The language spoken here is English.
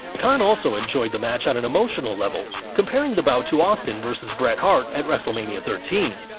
khan also enjoyed the match on an emotional level comparing the bout to austin vs. bret hart at wrestlemania thirteen.